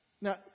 Now